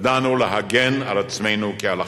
ידענו להגן על עצמנו כהלכה.